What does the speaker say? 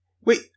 Wait